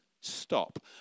stop